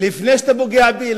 לפני שאתה פוגע בי.